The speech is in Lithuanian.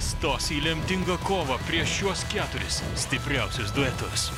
stos į lemtingą kovą prieš šiuos keturis stipriausius duetus